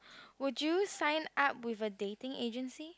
would you sign up with a dating agency